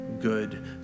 good